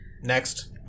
next